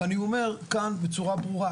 ואני אומר כאן בצורה ברורה,